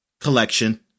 Collection